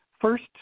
First